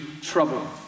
trouble